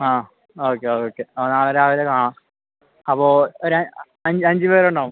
ആ okay okay ആ നാളെ രാവിലെ കാണാം അപ്പോൾ ഒരു അഞ്ച് അഞ്ച് പേരുണ്ടാവും